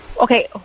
Okay